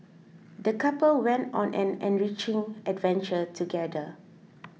the couple went on an enriching adventure together